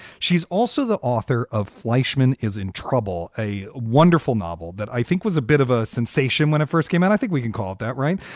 she's also the author of fleishman is in trouble, a wonderful novel that i think was a bit of a sensation when it first came out. i think we can call that right.